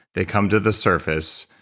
they come to the surface,